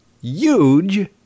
huge